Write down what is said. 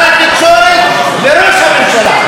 יהיה בהן שר התקשורת וראש הממשלה.